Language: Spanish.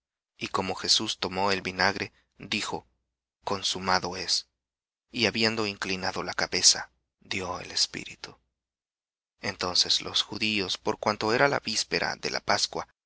y como jesús tomó el vinagre dijo consumado es y habiendo inclinado la cabeza dió el espíritu entonces los judíos por cuanto era la víspera para